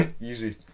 easy